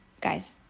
guys